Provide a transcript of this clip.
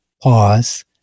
pause